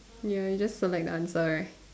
ya you just select the answer right